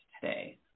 today